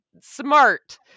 smart